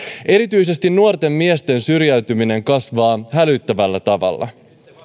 erityisesti nuorten miesten syrjäytyminen kasvaa hälyttävällä tavalla